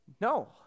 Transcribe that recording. no